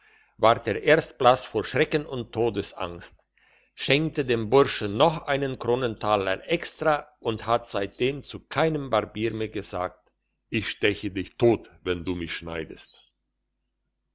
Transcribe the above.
ward er erst blass vor schrecken und todesangst schenkte dem burschen noch einen kronentaler extra und hat seitdem zu keinem barbier mehr gesagt ich steche dich tot wenn du mich schneidest